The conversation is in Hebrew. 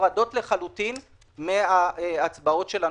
מופרדות לחלוטין מההצבעות של הנוסטרו.